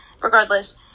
regardless